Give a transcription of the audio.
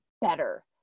better